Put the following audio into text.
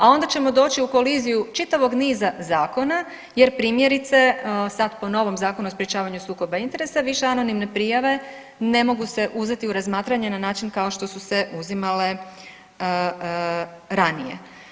A onda ćemo doći u koliziju čitavog niza zakona jer, primjerice, sad po novom Zakonu o sprječavanju sukoba interesa više anonimne prijave ne mogu se uzeti u razmatranje na način kao što su se uzimale ranije.